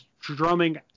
drumming